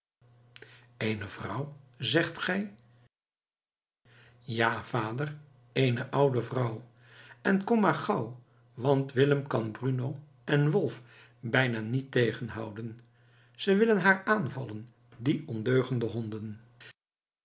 eene vrouw zegt gij ja vader eene oude vrouw en kom maar gauw want willem kan bruno en wolf bijna niet tegenhouden ze willen haar aanvallen die ondeugende honden